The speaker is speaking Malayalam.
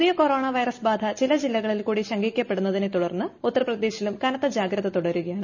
പുതിയ കൊറോണ ക്വൈറസ് ബാധ ചില ജില്ലകളിൽ കൂടി ശങ്കിക്കപ്പെടുന്നതിനെ തുടർന്ന് ഉത്തർപ്രദേശിലും കനത്ത ജാഗ്രത തുടരുകയാണ്